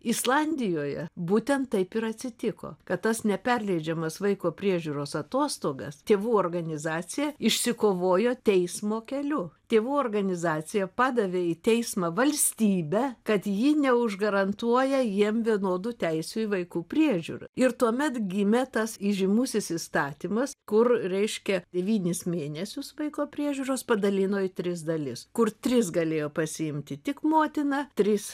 islandijoje būtent taip ir atsitiko kad tas neperleidžiamas vaiko priežiūros atostogas tėvų organizacija išsikovojo teismo keliu tėvų organizacija padavė į teismą valstybę kad ji neužgarantuoja jiem vienodų teisių į vaiko priežiūrą ir tuomet gimė tas įžymusis įstatymas kur reiškia devynis mėnesius vaiko priežiūros padalino į tris dalis kur tris galėjo pasiimti tik motina tris